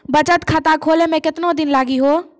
बचत खाता खोले मे केतना दिन लागि हो?